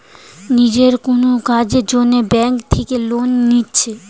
নিজের কুনো কাজের জন্যে ব্যাংক থিকে লোন লিচ্ছে